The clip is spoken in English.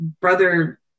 brother